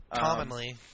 Commonly